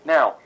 Now